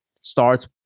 starts